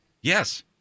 Yes